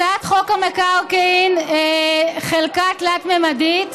הצעת חוק המקרקעין (חלקה תלת-ממדית)